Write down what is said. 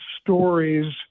stories